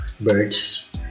birds